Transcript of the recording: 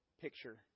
picture